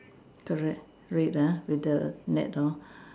correct red ah with the net hor